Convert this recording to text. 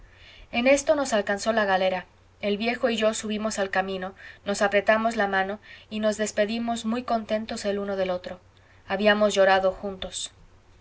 en esto nos alcanzó la galera el viejo y yo subimos al camino nos apretamos la mano y nos despedimos muy contentos el uno del otro habíamos llorado juntos